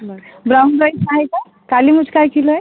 बरं brown rice आहे का काली मिर्च काय किलो हाय